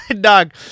Dog